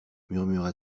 murmura